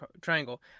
triangle